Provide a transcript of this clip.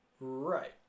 Right